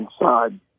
inside